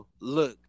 look